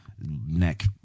neck